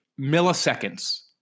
milliseconds